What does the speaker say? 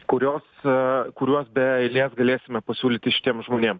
kurios kuriuos be eilės galėsime pasiūlyti šitiem žmonėm